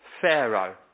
pharaoh